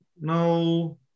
No